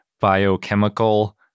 biochemical